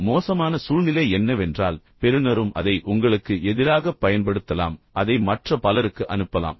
இப்போது மோசமான சூழ்நிலை என்னவென்றால் பெறுநரும் அதை உங்களுக்கு எதிராகப் பயன்படுத்தலாம் அதை மற்ற பலருக்கு அனுப்பலாம்